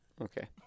Okay